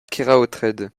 keraotred